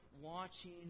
watching